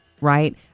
right